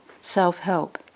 self-help